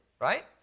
right